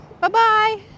Bye-bye